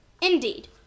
Indeed